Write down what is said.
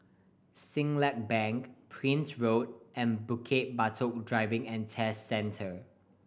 Siglap Bank Prince Road and Bukit Batok Driving and Test Centre